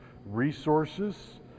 resources